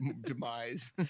demise